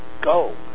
go